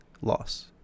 loss